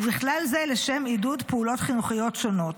ובכלל זה לשם עידוד פעולות חינוכיות שונות.